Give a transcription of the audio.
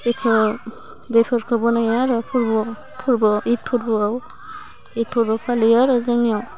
बेखौ बेफोरखौ बनायो आरो फोरबोआव फोरबो इद फोरबोआव इद फोरबो फालियो आरो जोंनिआव